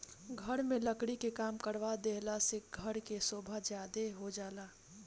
घर में लकड़ी के काम करवा देहला से घर के सोभा ज्यादे हो जाला